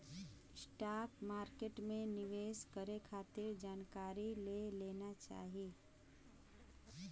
stock market में निवेश करे खातिर जानकारी ले लेना चाही